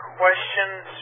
questions